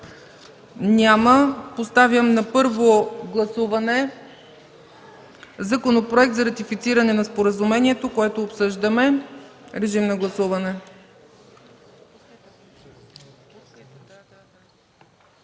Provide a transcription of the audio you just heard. Няма. Поставям на първо гласуване законопроекта за ратифициране на споразумението, което обсъждаме. Гласували